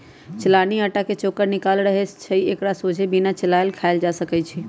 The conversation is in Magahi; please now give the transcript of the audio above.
चलानि अटा के चोकर निकालल रहै छइ एकरा सोझे बिना चालले खायल जा सकै छइ